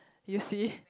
you see